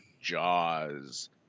Jaws